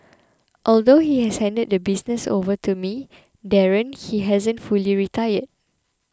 although he has handed the business over to me Darren he hasn't fully retired